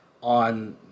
on